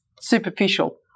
superficial